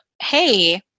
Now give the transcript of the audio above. hey